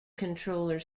controller